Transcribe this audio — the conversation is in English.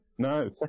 No